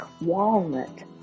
walnut